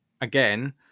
again